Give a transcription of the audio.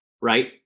right